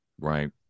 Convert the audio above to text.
Right